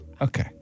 Okay